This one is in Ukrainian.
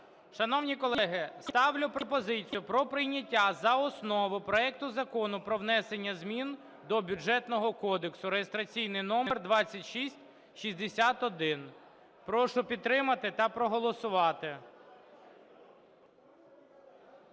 Шановні колеги, ставлю пропозицію про прийняття за основу проекту Закону про внесення змін до Бюджетного кодексу (реєстраційний номер 2661). Прошу підтримати та проголосувати.